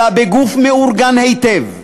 אלא בגוף מאורגן היטב.